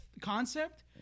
concept